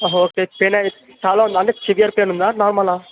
okay pain అనేది చాలా ఉందా అండి సివియర్ పెయిన్ ఉందా నార్మలా